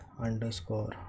underscore